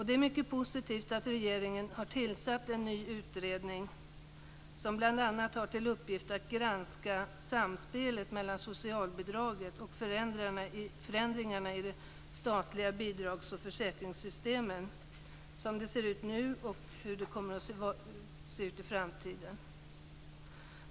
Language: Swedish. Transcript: Det är mycket positivt att regeringen har tillsatt en ny utredning som bl.a. har till uppgift att granska samspelet mellan socialbidraget och förändringarna i de statliga bidrags och försäkringssystemen nu och i framtiden.